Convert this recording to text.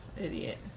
Idiot